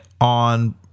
on